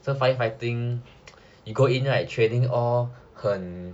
so firefighting you go in right training all 很